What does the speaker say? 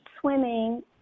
swimming